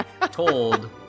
told